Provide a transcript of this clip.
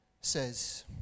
says